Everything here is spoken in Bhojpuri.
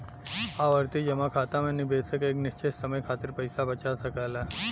आवर्ती जमा खाता में निवेशक एक निश्चित समय खातिर पइसा बचा सकला